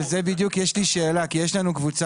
על זה בדיוק יש לי שאלה כי יש לנו קבוצה